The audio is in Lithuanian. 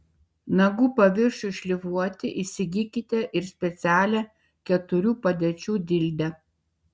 nagų paviršiui šlifuoti įsigykite ir specialią keturių padėčių dildę